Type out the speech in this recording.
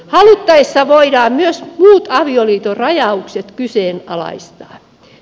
haluttaessa voidaan myös muut avioliiton rajaukset kyseenalaistaa